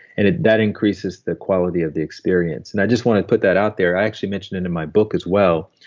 and that increases the quality of the experience. and i just want to put that out there i actually mentioned it in my book as well.